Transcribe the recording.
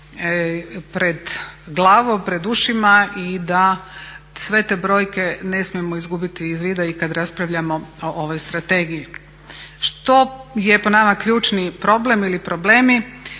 pred glavom, pred ušima i da sve te brojke ne smijemo izgubiti iz vida i kada raspravljamo o ovoj strategiji. Što je po nama ključni problem ili problemi?